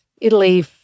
Italy